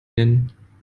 nennen